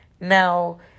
Now